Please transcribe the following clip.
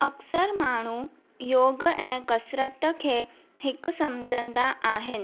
अक्सर माण्हू योग ऐं कसरतु खे हिकु सम्झंदा अहिनि